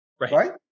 Right